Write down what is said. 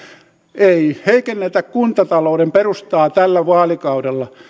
ei heikennetä kuntatalouden perustaa tällä vaalikaudella